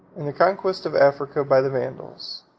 and the conquest of africa by the vandals.